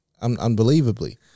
unbelievably